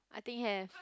I think have